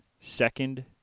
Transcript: second